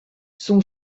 son